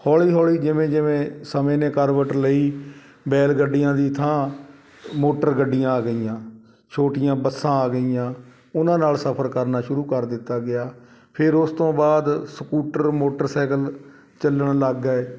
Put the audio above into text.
ਹੌਲੀ ਹੌਲੀ ਜਿਵੇਂ ਜਿਵੇਂ ਸਮੇਂ ਨੇ ਕਰਵਟ ਲਈ ਬੈਲ ਗੱਡੀਆਂ ਦੀ ਥਾਂ ਮੋਟਰ ਗੱਡੀਆਂ ਆ ਗਈਆਂ ਛੋਟੀਆਂ ਬੱਸਾਂ ਆ ਗਈਆਂ ਉਹਨਾਂ ਨਾਲ ਸਫ਼ਰ ਕਰਨਾ ਸ਼ੁਰੂ ਕਰ ਦਿੱਤਾ ਗਿਆ ਫਿਰ ਉਸ ਤੋਂ ਬਾਅਦ ਸਕੂਟਰ ਮੋਟਰਸਾਈਕਲ ਚੱਲਣ ਲੱਗ ਗਏ